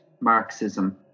Marxism